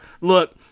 look